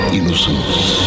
Innocence